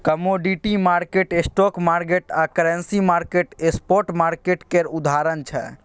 commodity market, stock market आ currency market spot market केर उदाहरण छै